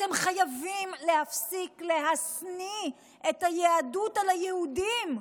אתם חייבים להפסיק להשניא את היהדות על היהודים.